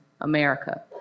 America